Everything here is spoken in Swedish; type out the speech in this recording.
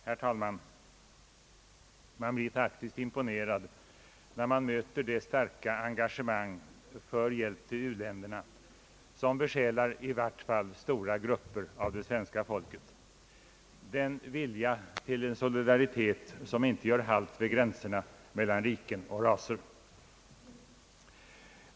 Herr talman! Man blir faktiskt imponerad när man möter det starka engagemang för hjälp till u-länderna som besjälar i vart fall stora grupper av svenska folket, denna vilja till en solidaritet som inte gör halt vid gränserna mellan riken och raser.